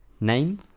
Name